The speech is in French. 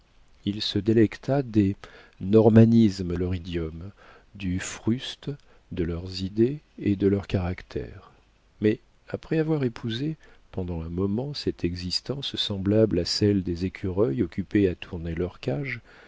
il se délecta des normanismes de leur idiome du fruste de leurs idées et de leurs caractères mais après avoir épousé pendant un moment cette existence semblable à celle des écureuils occupés à tourner leur cage